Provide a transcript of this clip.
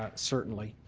ah certainly,